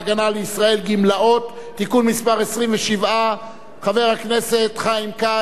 (תיקון מס' 27). חבר הכנסת חיים כץ הוא אשר יביא חוק